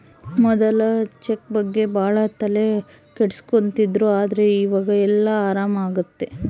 ಮೊದ್ಲೆಲ್ಲ ಚೆಕ್ ಬಗ್ಗೆ ಭಾಳ ತಲೆ ಕೆಡ್ಸ್ಕೊತಿದ್ರು ಆದ್ರೆ ಈವಾಗ ಎಲ್ಲ ಆರಾಮ್ ಆಗ್ತದೆ